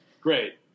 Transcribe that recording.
Great